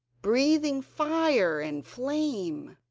breathing fire and flame.